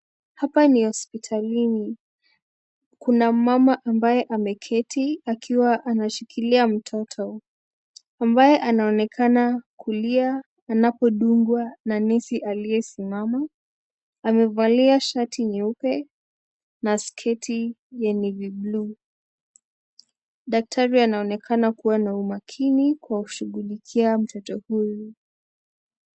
Hapa ni hospitalini ,kuna mmama ambaye ameketi akiwa anashikilia mtoto amabaye anaoneka kulia anapodungwa na nesi aliyesimama ,amevalia shati nyeupe na sketi ya navy bluu .Daktari anaonekana kuwa kwa umakini kwa kushughulikia mtoto huyu .